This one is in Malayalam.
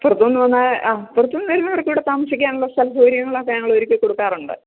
പുറത്തുനിന്ന് വന്ന ആ പുറത്തുനിന്ന് വരുന്നവർക്ക് ഇവിടെ താമസിക്കാനുള്ള സൗകര്യങ്ങളൊക്കെ ഞങ്ങൾ ഒരുക്കി കൊടുക്കാറുണ്ട്